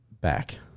back